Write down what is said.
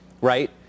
right